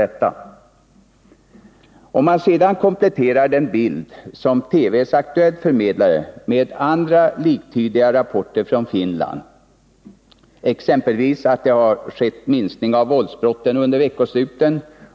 Man kan sedan komplettera den bild som TV:s Aktuellt förmedlade med andra liktydiga rapporter från Finland. Jag tar då upp delar av statistiken som är jämförbara med svenska förhållanden.